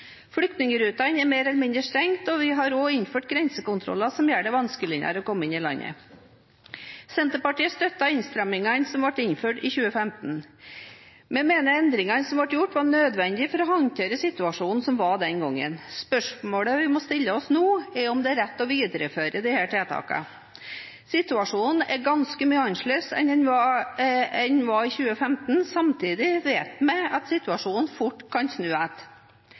Flyktningrutene er mer eller mindre stengt, og vi har også innført grensekontroller som gjør det vanskeligere å komme inn i landet. Senterpartiet støttet innstrammingene som ble innført i 2015. Vi mener endringene som ble gjort, var nødvendige for å håndtere situasjonen som var den gangen. Spørsmålet vi må stille oss nå, er om det er rett å videreføre disse tiltakene. Situasjonen er ganske annerledes enn den var i 2015. Samtidig vet vi at situasjonen fort kan snu